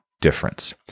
difference